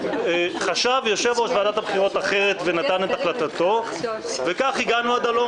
חשב יושב-ראש ועדת הבחירות אחרת ונתן את החלטתו וכך הגענו עד הלום.